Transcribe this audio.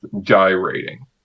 gyrating